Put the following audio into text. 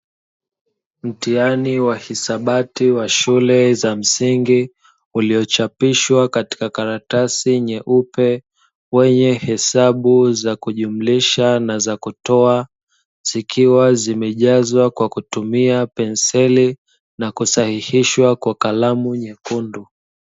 Mtihani wa hisabati wa shule ya msingi, uliochapishwa katika karatasi nyeupe, wenye hesabu za kujumlisha na za kutoa zikiwa zimejazwa kwa kutumia penseli na kusahihishwa kwa kalamu nyekundu.